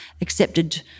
accepted